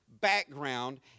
background